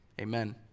amen